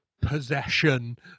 possession